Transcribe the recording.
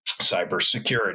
cybersecurity